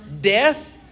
death